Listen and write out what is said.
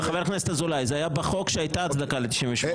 זה היה בחוק כשהייתה הצדקה ל-98.